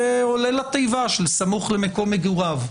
זה עולה לתיבה של סמוך למקום מגוריו.